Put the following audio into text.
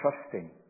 trusting